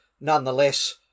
nonetheless